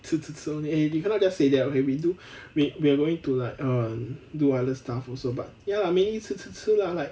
吃吃吃 only eh you cannot just say that okay we do we we're going to like err do other stuff also but ya lah mainly 吃吃吃 lah like